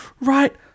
right